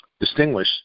distinguish